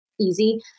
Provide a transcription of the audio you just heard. easy